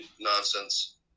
nonsense